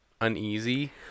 Uneasy